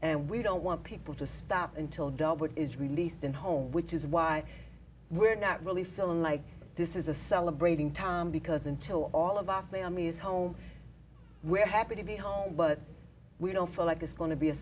and we don't want people to stop until adulthood is released and home which is why we're not really feeling like this is a celebrating time because until all of our families home we're happy to be home but we don't feel like it's going to be a